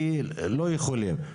כי לא יכולים.